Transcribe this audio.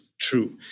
true